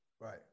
Right